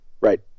right